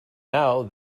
now